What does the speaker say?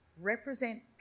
represent